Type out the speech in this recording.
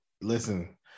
Listen